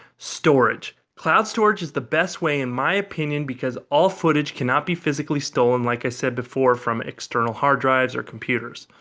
storage cloud storage is the best way in my opinion because all footage cannot be physically stolen like i said before from external hard drives and computers.